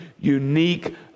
unique